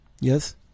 Yes